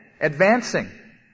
advancing